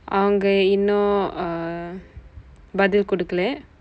அவங்க இன்னும்:avangka innum uh பதில் கொடுக்கவில்லை:pathil kodukkavillai